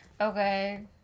Okay